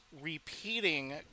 repeating